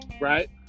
right